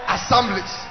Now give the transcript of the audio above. Assemblies